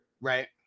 Right